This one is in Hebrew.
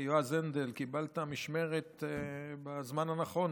יועז הנדל, קיבלת משמרת בזמן הנכון,